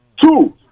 Two